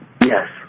Yes